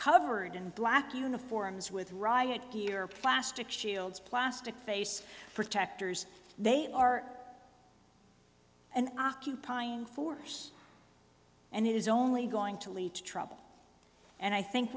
covered in black uniforms with riot gear or plastic shields plastic face protectors they are an occupying force and it is only going to lead to trouble and i think